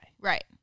Right